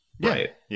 right